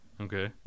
Okay